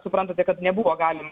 suprantate kad nebuvo galima